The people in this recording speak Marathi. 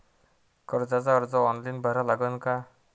कर्जाचा अर्ज ऑनलाईन भरा लागन का?